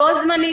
בו-זמנית,